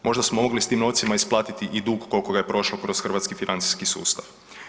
Možda smo mogli s tim novcima isplatiti i dug kol'ko ga je prošlo kroz hrvatski financijski sustav.